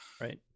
Right